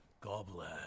Goblin